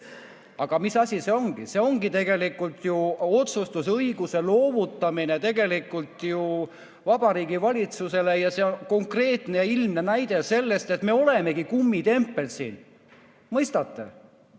Aga mis asi see on? See ongi tegelikult ju otsustusõiguse loovutamine Vabariigi Valitsusele ning see on konkreetne ja ilmne näide sellest, et me olemegi siin kummitempel. Mõistate?